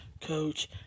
coach